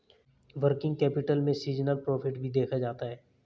working capital में seasonal profit भी देखा जाता है